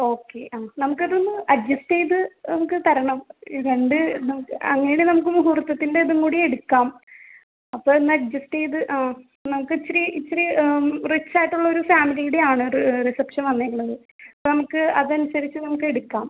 okay ആ നമുക്കതൊന്ന് adjust ചെയ്ത് നമുക്ക് തരണം രണ്ട് നമുക്ക് അങ്ങനെ നമുക്ക് മുഹൂർത്തത്തിൻ്റെ ഇതുങ്കൂടി എടുക്കാം അപ്പൊന്ന് അഡ്ജസ്റ്റ് ചെയ്ത് ആ നമുക്കിച്ചിരി ഇച്ചിരി റിച്ചായിട്ടുള്ളൊരു ഫാമിലീടെയാണ് റി റിസപ്ഷൻ വന്നേക്കണത് അപ്പം നമുക്ക് അതിനനുസരിച്ച് നമുക്കെടുക്കാം